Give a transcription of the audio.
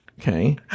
Okay